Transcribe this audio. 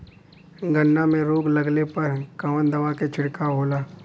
गन्ना में रोग लगले पर कवन दवा के छिड़काव होला?